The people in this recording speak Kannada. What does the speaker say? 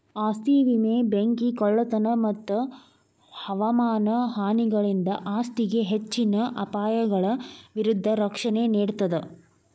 ಆಸ್ತಿ ವಿಮೆ ಬೆಂಕಿ ಕಳ್ಳತನ ಮತ್ತ ಹವಾಮಾನ ಹಾನಿಗಳಿಂದ ಆಸ್ತಿಗೆ ಹೆಚ್ಚಿನ ಅಪಾಯಗಳ ವಿರುದ್ಧ ರಕ್ಷಣೆ ನೇಡ್ತದ